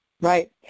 Right